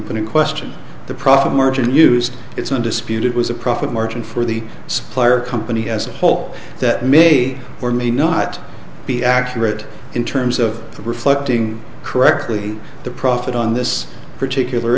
open in question the profit margin used it's an dispute it was a profit margin for the supplier company as a whole that may or may not be accurate in terms of reflecting correctly the profit on this particular